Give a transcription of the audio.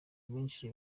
benshi